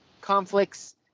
conflicts